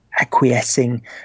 acquiescing